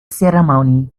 ceremony